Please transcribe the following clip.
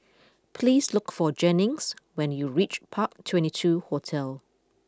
please look for Jennings when you reach Park Twenty Two Hotel